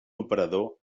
operador